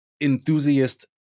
enthusiast